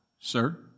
sir